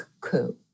coup